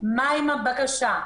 מה עם הבקשה,